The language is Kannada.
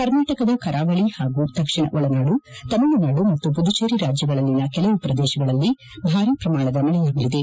ಕರ್ನಾಟಕದ ಕರಾವಳಿ ಪಾಗೂ ದಕ್ಷಿಣ ಒಳನಾಡು ತಮಿಳುನಾಡು ಮತ್ತು ಪುದುಚೆರಿ ರಾಜ್ಯಗಳಲ್ಲಿನ ಕೆಲವು ಪ್ರದೇಶಗಳಲ್ಲಿ ಭಾರಿ ಪ್ರಮಾಣದ ಮಳೆಯಾಗಲಿದೆ